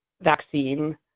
vaccine